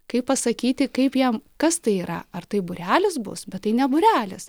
kaip pasakyti kaip jiem kas tai yra ar tai būrelis bus bet tai ne būrelis